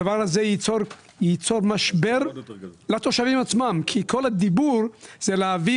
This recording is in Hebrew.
הדבר הזה ייצור משבר לתושבים עצמם כי כל הדיבור הוא להביא